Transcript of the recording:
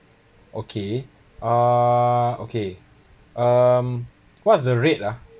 okay uh okay um what's the rate ah